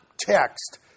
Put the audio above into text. text